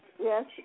Yes